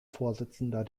vorsitzender